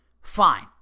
Fine